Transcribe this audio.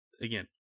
again